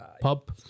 pub